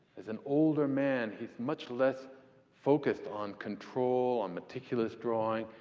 as an older man, he's much less focused on control, on meticulous drawing.